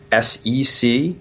SEC